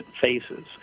faces